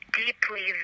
deeply